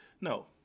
No